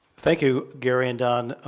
thank you, gary and don.